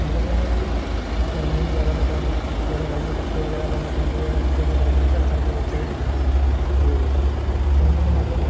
ਮਤਲਬ ਇਹਨਾਂ ਦੀ ਗਰਮੀ ਜ਼ਿਆਦਾ ਨਾ ਪੈਣ ਜ਼ਿਆਦਾ ਗਰਮੀ ਨੂੰ ਪੱਖੇ ਵਗੈਰਾ ਲਾਉਣੇ ਪੈਂਦੇ ਆ ਜ਼ਿਆਦਾ ਗਰਮੀ ਨਹੀਂ ਝੱਲ ਸਕਦੇ ਬੱਚੇ ਅਤੇ ਇਹਨਾਂ ਨੂੰ ਮਤਲਬ